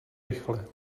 rychle